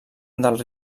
del